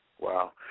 Wow